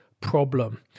problem